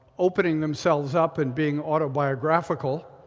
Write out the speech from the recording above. opening themselves up and being autobiographical.